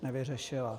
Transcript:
Nevyřešila.